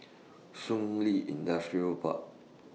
Shun Li Industrial Park